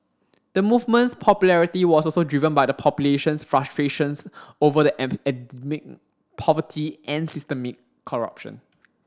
the movement's popularity was also driven by the population's frustrations over the endemic poverty and systemic corruption